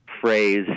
phrase